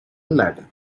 latin